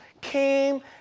came